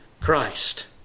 Christ